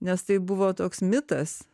nes tai buvo toks mitas